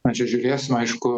na čia žiūrėsim aišku